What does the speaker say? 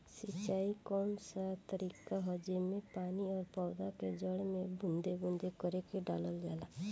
सिंचाई क कउन सा तरीका ह जेम्मे पानी और पौधा क जड़ में बूंद बूंद करके डालल जाला?